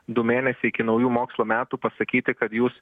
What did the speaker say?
du mėnesiai iki naujų mokslo metų pasakyti kad jūs